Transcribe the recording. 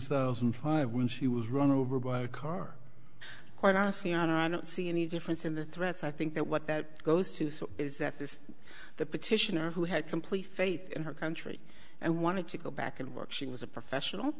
thousand and five when she was run over by a car quite honestly i don't see any difference in the threats i think that what that goes to say is that this the petitioner who had complete faith in her country and wanted to go back and work she was a professional